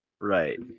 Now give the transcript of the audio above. Right